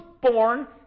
born